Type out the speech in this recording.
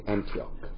Antioch